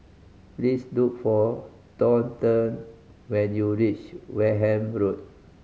please look for Thornton when you reach Wareham Road